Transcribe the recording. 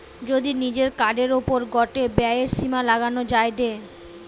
যদি নিজের কার্ডের ওপর গটে ব্যয়ের সীমা লাগানো যায়টে